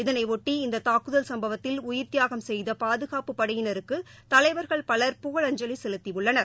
இதனையாட்டி இந்ததாக்குதல் சம்பவத்தில் உயிர் தியாகம் செய்தபாதுகாப்புப்படையினருக்குதலைவர்கள் பலர் புகழஞ்சலி செலுத்தியுள்ளனர்